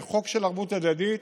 זה חוק של ערבות הדדית,